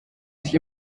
sich